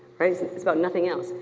it's about nothing else.